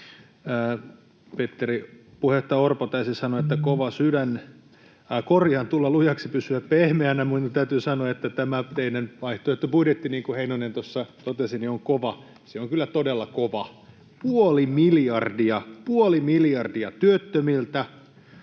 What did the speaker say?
Puheenjohtaja Orpo taisi sanoa, että kova sydän... Korjaan: ”Tulla lujaksi — pysyä pehmeänä”. Minun täytyy sanoa, että tämä teidän vaihtoehtobudjettinne, niin kuin Heinonen totesi, on kova. Se on kyllä todella kova: puoli miljardia.